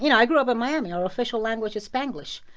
you know i grew up in miami. our official language is spanglish